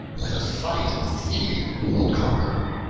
let us fight and see who will conquer.